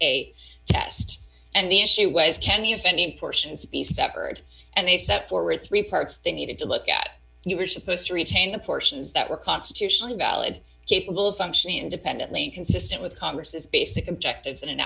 a test and the issue was can the offending portions be severed and they set forward three parts they needed to look at you were supposed to retain the portions that were constitutionally valid capable of functioning independently inconsistent with congress basic objectives